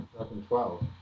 2012